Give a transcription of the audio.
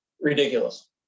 Ridiculous